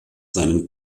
seinen